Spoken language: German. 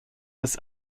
des